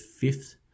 fifth